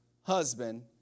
husband